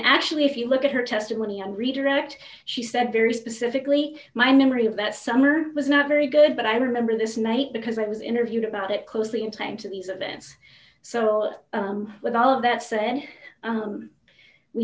actually if you look at her testimony and redirect she said very specifically my memory of that summer was not very good but i remember this night because i was interviewed about it closely in time to these events so all with all of that said